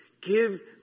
Give